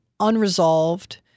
unresolved